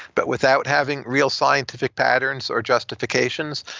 but without having real scientific patterns or justifications,